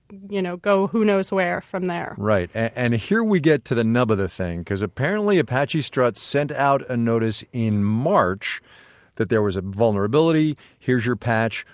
you know, go who knows where from there and here we get to the nub of the thing, because apparently apache struts sent out a notice in march that there was a vulnerability here's your patch.